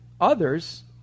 others